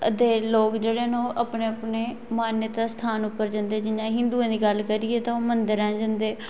अदे लोक जेह्ड़े न ओह् अपने अपने मान्यता स्थान उप्पर जंदे जि'यां हिंदुएं दी गल्ल करिये तां ओह् मंदरै जंदे